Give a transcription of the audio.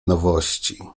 nowości